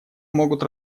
могут